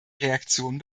reaktion